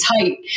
tight